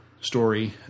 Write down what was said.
story